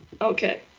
Okay